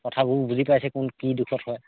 কথাবোৰ বুজি পাইছে কোন কি দুখত হয়